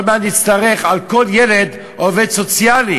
עוד מעט נצטרך על כל ילד עובד סוציאלי